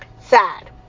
Sad